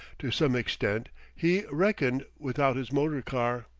to some extent he reckoned without his motor-car.